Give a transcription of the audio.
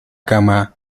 cama